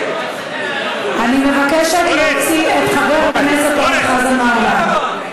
אני מבקשת להוציא את חבר הכנסת אורן חזן מהאולם.